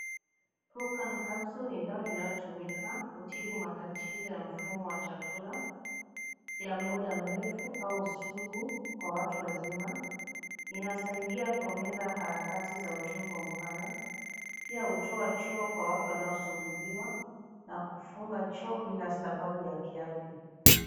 Hucan Capsule ni dawa inayotumika kutibu matatizo ya mfumo wa chakula ya muda mrefu au sugu kwa watu wazima. Inasaidia kuongeza harakati za utumbo mpana, pia hutoa choo kwa watu wanaosumbuliwa na kufunga choo bila sababu ya kiafya.